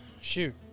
shoot